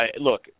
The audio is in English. Look